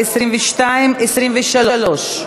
22 ו-23,